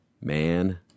man